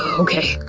okay.